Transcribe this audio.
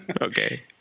Okay